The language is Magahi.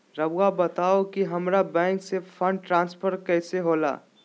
राउआ बताओ कि हामारा बैंक से फंड ट्रांसफर कैसे होला?